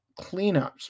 cleanups